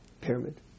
pyramid